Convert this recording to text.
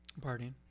Partying